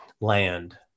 land